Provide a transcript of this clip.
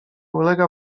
ulega